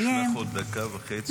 יש לך עוד דקה וחצי.